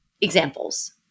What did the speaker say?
examples